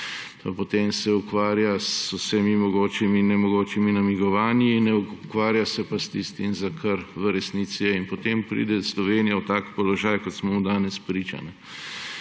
Potem se ukvarja z vsemi mogočimi in nemogočimi namigovanji, ne ukvarja se pa s tistim, za kar v resnici je. In potem pride Slovenija v tak položaj, kot smo mu danes priča,